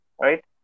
right